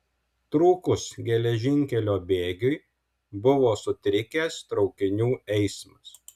trūkus geležinkelio bėgiui buvo sutrikęs traukinių eismas